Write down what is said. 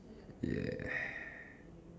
ya